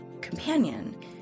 companion